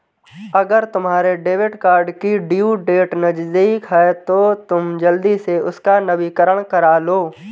अगर तुम्हारे debit card की ड्यू डेट नज़दीक है तो तुम जल्दी से उसका नवीकरण करालो